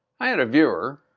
i had a viewer,